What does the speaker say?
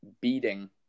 beating